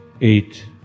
eight